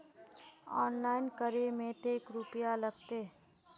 Online करे में ते रुपया लगते?